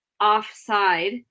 offside